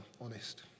honest